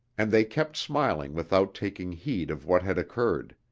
and they kept smiling without taking heed of what had occurred.